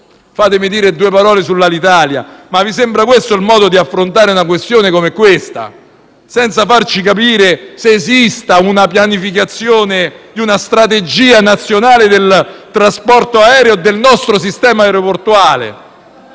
Fatemi dire due parole sull'Alitalia: vi sembra questo il modo di affrontare una questione come questa? Senza farci capire se esista la pianificazione di una strategia nazionale del trasporto aereo, del nostro sistema aeroportuale?